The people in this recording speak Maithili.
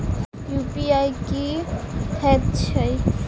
यु.पी.आई की हएत छई?